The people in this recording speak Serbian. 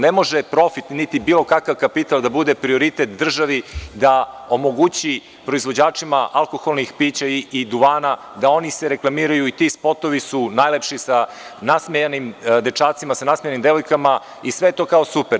Ne može profit niti bilo kakav kapital da bude prioritet državi, da omogući proizvođačima alkoholnih pića i duvana, da oni se reklamiraju i ti spotovi su najlepši sa nasmejanim dečacima, sa nasmejanim devojkama i sve to je kao super.